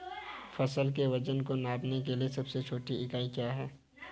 फसल के वजन को नापने के लिए सबसे छोटी इकाई क्या है?